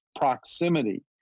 proximity